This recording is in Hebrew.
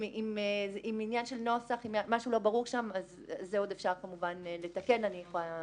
אם משהו לא ברור שם בנוסח את זה אפשר לתקן, כמובן.